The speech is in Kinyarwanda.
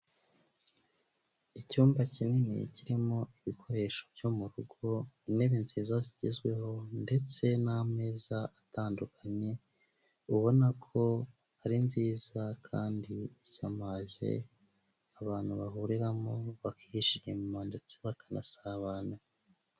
Icyumba kinini kirimo ibikoresho byo mu rugo, intebe nziza zigezweho ndetse n'ameza atandukanye, ubona ko ari nziza kandi isamaje, abantu bahuriramo bakishima ndetse bakanasabana.